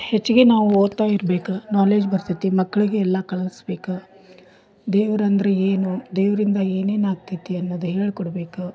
ಹೆಚ್ಗೆ ನಾವು ಓದ್ತಾ ಇರ್ಬೇಕು ನಾಲೆಜ್ ಬರ್ತೈತಿ ಮಕ್ಕಳಿಗೆಲ್ಲ ಕಲಸ್ಬೇಕು ದೇವ್ರಂದರೆ ಏನು ದೇವರಿಂದ ಏನೇನು ಆಗ್ತೈತಿ ಅನ್ನೋದು ಹೇಳಿಕೊಡ್ಬೇಕು